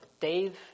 Dave